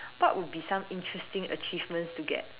what would be some interesting achievements to get